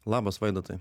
labas vaidotai